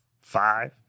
five